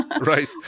Right